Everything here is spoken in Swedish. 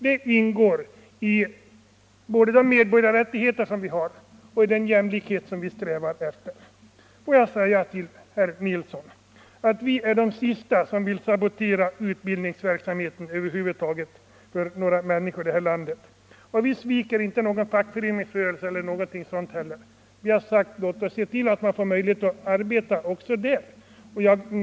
Det ingår både i de medborgarrättigheter vi har och i den = Nr 83 jämlikhet vi strävar efter. Tisdagen den Vi är de sista, herr Nilsson, som vill sabotera utbildningsverksamheten 20 maj 1975 för några människor över huvud taget i detta land. Inte heller sviker vi fackföreningsrörelsen. Vi har sagt: Låt oss se till att man får möjlighet Vuxenutbildningen, att arbeta också där.